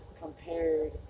compared